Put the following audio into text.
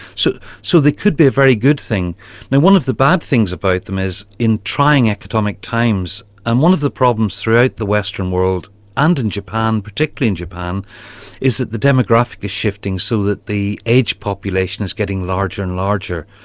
so so they could be a very good thing. now one of the bad things about them is in trying economic times and one of the problems throughout the western world and in japan, particularly in japan is that the demographic is shifting so that the aged population is getting larger and larger.